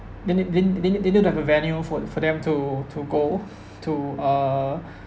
they need they need they need to have a venue for for them to to go to uh